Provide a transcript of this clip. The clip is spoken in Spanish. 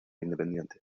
independiente